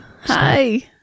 Hi